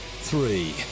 three